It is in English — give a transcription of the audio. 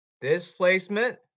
Displacement